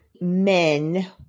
men